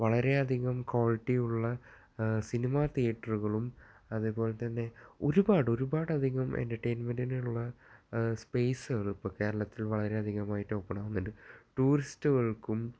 വളരെ അധികം കോളിറ്റി ഉള്ള സിനിമ തീയേറ്ററുകളും അതേപോലെ തന്നെ ഒരുപാട് ഒരുപാട് അധികം എൻ്റെർടൈ ൻമെൻ്റിനുള്ള സ്പെസുകളും ഇപ്പം കേരളത്തിൽ വളരെ അധികമായിട്ട് ഓപ്പണാവുന്നുണ്ട് ടൂറിസ്റ്റുകൾക്കും